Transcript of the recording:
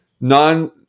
non